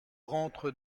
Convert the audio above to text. rentre